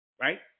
Right